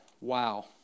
Wow